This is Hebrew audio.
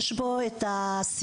יש בו את הסיכון,